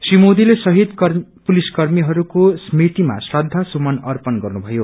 श्री मोदीले शहीद पुलिसकर्मीहरूको स्मृतिमा श्रद्धा सुमन अपर्ण गर्नु भयो